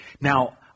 Now